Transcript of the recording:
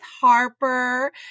Harper